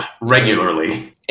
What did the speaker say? regularly